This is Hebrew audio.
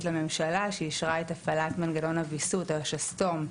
לממשלה שאישרה את הפעלת מנגנון הוויסות על השסתום,